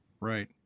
Right